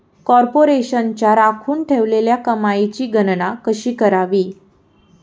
कॉर्पोरेशनच्या राखून ठेवलेल्या कमाईची गणना कशी करावी